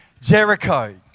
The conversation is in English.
Jericho